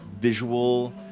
visual